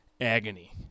agony